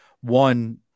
One